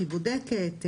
היא בודקת,